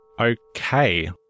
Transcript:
okay